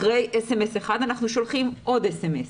אחרי סמ"ס אחד אנחנו שולחים עוד סמ"ס,